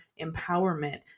empowerment